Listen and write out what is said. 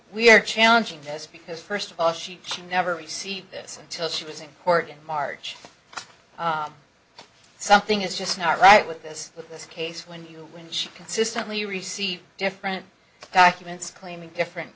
we're challenging this because first of all she she never received this until she was in court in march something is just not right with this with this case when you when she consistently receive different documents claiming different